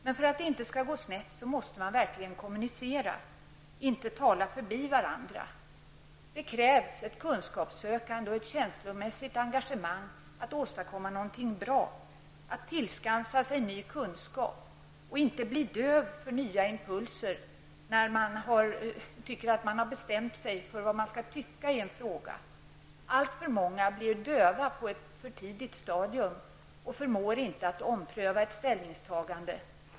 Men för att det inte skall gå snett måste man verkligen kommunicera, inte tala förbi varandra. Det krävs ett kunskapssökande och ett känslomässigt engagemang att åstadkomma något bra, att tillskansa sig ny kunskap och att inte bli döv för nya impulser när man tycker att man har bestämt sig för vad man skall tycka i en fråga. Alltför många blir döva på ett för tidigt stadium och förmår inte ompröva ett ställningstagande.